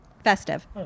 festive